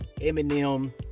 Eminem